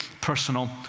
personal